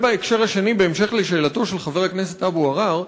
בהקשר השני, בהמשך לשאלתו של חבר הכנסת אבו עראר,